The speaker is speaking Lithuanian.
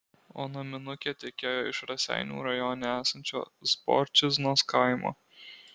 o naminukė tekėjo iš raseinių rajone esančio zborčiznos kaimo